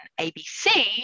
ABC